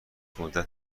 مدت